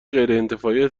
غیرانتفاعی